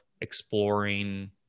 exploring